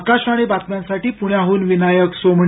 आकाशवाणी बातम्यांसाठी प्रण्याहून विनायक सोमणी